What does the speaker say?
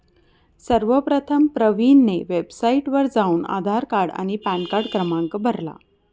सर्वप्रथम प्रवीणने वेबसाइटवर जाऊन आधार कार्ड आणि पॅनकार्ड क्रमांक भरला